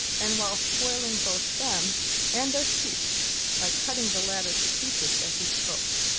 and while spoiling both them and their sheath by cutting the latter to pieces as he spoke,